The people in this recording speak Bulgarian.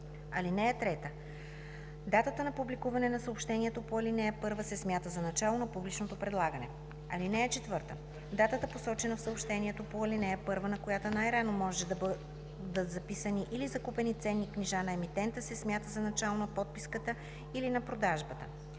(3) Датата на публикуване на съобщението по ал. 1 се смята за начало на публичното предлагане. (4) Датата, посочена в съобщението по ал. 1, на която най-рано може да бъдат записани или закупени ценни книжа на емитента, се смята за начало на подписката или на продажбата.